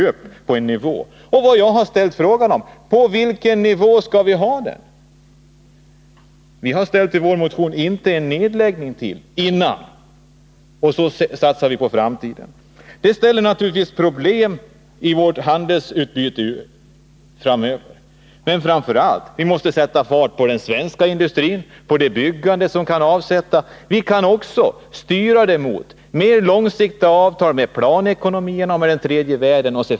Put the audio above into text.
Jag har frågat: Vilken nivå skall vi välja? I vår motion har vi krävt att det inte får bli någon ytterligare nedläggning, och så vill vi satsa på framtiden. Detta medför naturligtvis problem i vårt handelsutbyte framöver. Men vi måste sätta fart på den svenska industrin och på det byggande som kan innebära avsättningsmöjligheter. Vi kan också styra mot mera långsiktiga avtal med länderna med planekonomi och med den tredje världen.